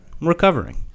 recovering